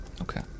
Okay